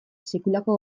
sekulako